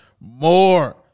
more